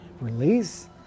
Release